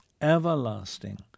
everlasting